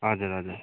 हजुर हजुर